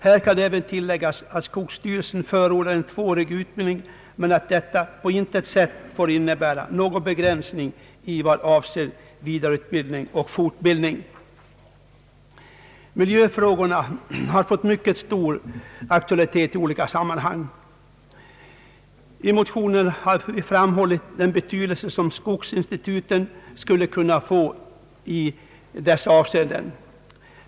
Här kan även tilläggas att skogsstyrelsen förordar en tvåårig utbildning men att detta på intet sätt får innebära någon begränsning i vad avser vidareutbildning och fortbildning. Miljöfrågorna har fått mycket stor aktualitet i olika sammanhang. I motionerna har vi framhållit den betydelse som skogsinstituten skulle kunna få i dessa avseenden.